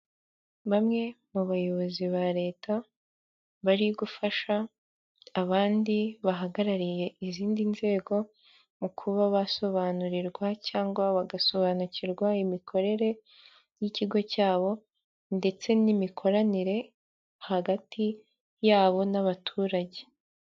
Bamwe mu bayobozi ba leta bari gufasha abandi bahagarariye izindi nzego mu kuba basobanurirwa cyangwa bagasobanukirwa imikorere y'ikigo cyabo ndetse n'imikoranire hagati yabo n'abaturage.